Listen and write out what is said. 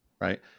right